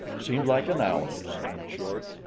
seems like an hour, snapped short.